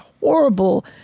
horrible